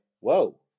Whoa